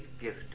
gift